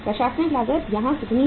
प्रशासनिक लागत यहाँ कितनी है